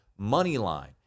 Moneyline